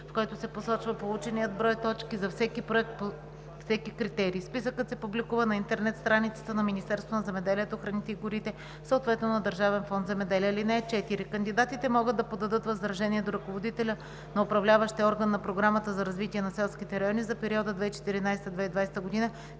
в който се посочва полученият брой точки за всеки проект по всеки критерий. Списъкът се публикува на интернет страницата на Министерството на земеделието, храните и горите, съответно на Държавен фонд „Земеделие“. (4) Кандидатите могат да подадат възражение до ръководителя на управляващия орган на Програмата за развитие на селските райони за периода 2014 – 2020 г,